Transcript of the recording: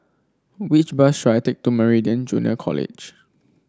which bus should I take to Meridian Junior College